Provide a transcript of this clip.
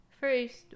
first